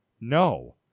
No